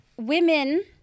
women